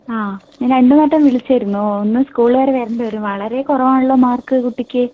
ആഹ് ഞാൻ രണ്ടു വട്ടം വിളിച്ചിരുന്നു ഒന്ന് സ്ക്കൂൾ വരെ വരേണ്ടി വരും വളരെ കുറവാണല്ലോ മാർക്ക് കുട്ടിയ്ക്ക്